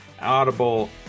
Audible